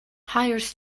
hires